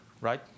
right